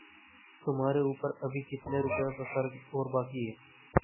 तुम्हारे ऊपर अभी कितने रुपयों का कर्ज और बाकी है?